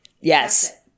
yes